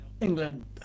England